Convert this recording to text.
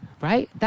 Right